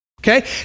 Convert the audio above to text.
okay